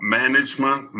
management